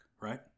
Right